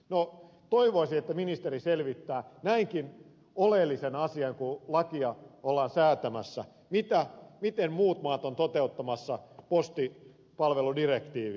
no toivoisi että ministeri selvittää näinkin oleellisen asian kun lakia ollaan säätämässä miten muut maat ovat toteuttamassa postipalveludirektiiviä